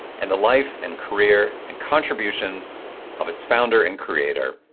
and the life, and career and contributions of its founder and creator,